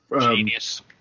genius